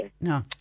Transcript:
no